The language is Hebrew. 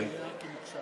נשארו לך עוד עשר דקות.